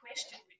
question